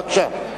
בבקשה.